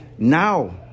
Now